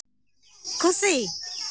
ᱠᱷᱩᱥᱤ